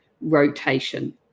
rotation